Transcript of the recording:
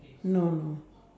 no no